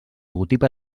logotip